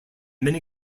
many